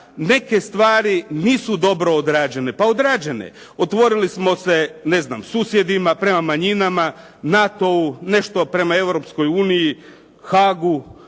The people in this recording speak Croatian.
neke stvari nisu dobro odrađene. Pa odrađene, otvorili smo se ne znam susjedima, prema manjinama, NATO-u, nešto prema Europskoj